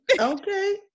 Okay